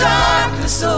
darkness